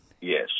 Yes